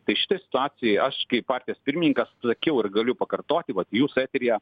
tai šitoj situacijoj aš kaip partijos pirmininkas sakiau ir galiu pakartoti vat i jūsų eteryje